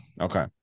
Okay